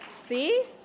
See